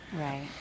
Right